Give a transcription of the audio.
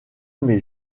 mes